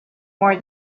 more